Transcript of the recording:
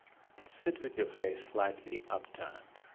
sit with your face slightly upturned.